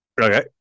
okay